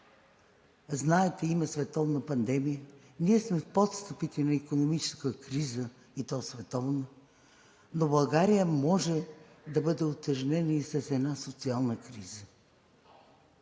Знаете, има световна пандемия. Ние сме в подстъпите на икономическа криза, и то световна, но България може да бъде утежнена и с една социална криза.